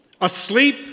asleep